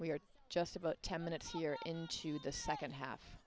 we are just about ten minutes here into the second half